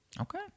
Okay